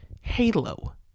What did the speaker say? Halo